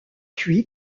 cuit